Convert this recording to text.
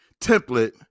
template